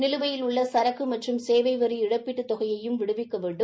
நிலுவையில் உள்ள சரக்கு மற்றும் சேவை வரி இழப்பீட்டுத் தொகையையும் விடுவிக்க வேண்டும்